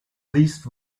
least